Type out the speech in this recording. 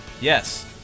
Yes